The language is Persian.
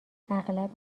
اغلب